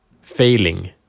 failing